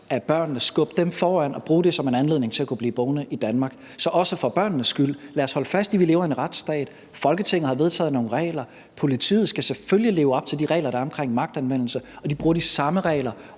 af børnene, skubbe dem foran sig og bruge dem som en anledning til at kunne blive boende i Danmark. Lad os holde fast i, at vi lever i en retsstat. Folketinget har vedtaget nogle regler, politiet skal selvfølgelig leve op til de regler, der er omkring magtanvendelse, og de bruger de samme regler